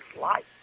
life